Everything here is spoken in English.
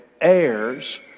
heirs